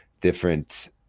different